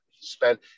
spend